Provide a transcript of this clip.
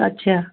ਅੱਛਾ